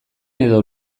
edo